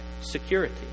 security